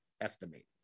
estimate